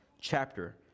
chapter